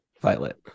violet